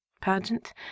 pageant